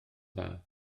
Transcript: dda